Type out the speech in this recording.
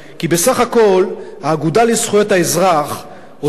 כי בסך הכול האגודה לזכויות האזרח עושה